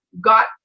got